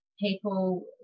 people